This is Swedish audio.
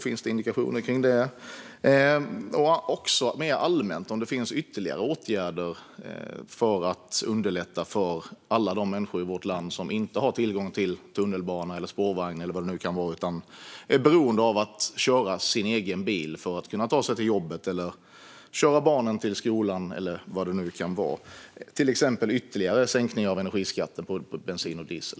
Jag undrar också mer allmänt om det finns ytterligare åtgärder för att underlätta för alla de människor i vårt land som inte har tillgång till tunnelbana eller spårvagn utan är beroende av att köra sin egen bil för att kunna ta sig till jobbet, köra barnen till skolan eller vad det nu kan vara - till exempel en ytterligare sänkning av energiskatten på bensin och diesel.